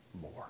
more